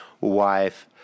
wife